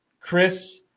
Chris